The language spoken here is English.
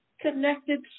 connected